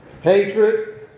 Hatred